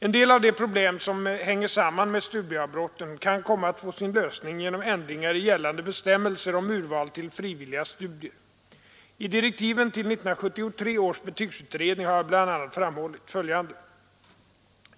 En del av de problem som hänger samman med studieavbrotten kan komma att få sin lösning genom ändringar i gällande bestämmelser om urval till frivilliga studier. I direktiven till 1973 års betygsutredning har jag bl.a. framhållit följande.